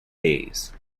days